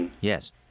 Yes